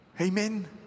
Amen